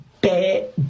bad